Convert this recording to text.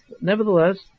nevertheless